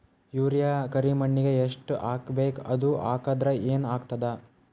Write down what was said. Urea ಕರಿಮಣ್ಣಿಗೆ ಎಷ್ಟ್ ಹಾಕ್ಬೇಕ್, ಅದು ಹಾಕದ್ರ ಏನ್ ಆಗ್ತಾದ?